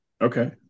Okay